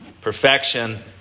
perfection